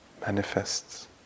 manifests